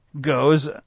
goes